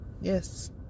Yes